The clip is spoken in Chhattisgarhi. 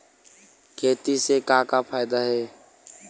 खेती से का का फ़ायदा हे?